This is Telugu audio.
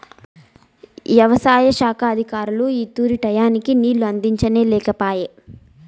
యవసాయ శాఖ అధికారులు ఈ తూరి టైయ్యానికి నీళ్ళు అందించనే లేకపాయె